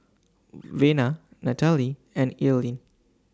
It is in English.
Vena Natalee and Earlene